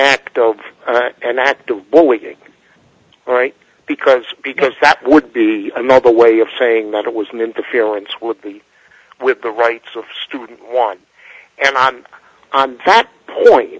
act of an act of war we right because because that would be another way of saying that it was an interference with the with the rights of students on and on that point